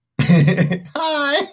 Hi